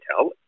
tell